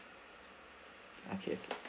okay okay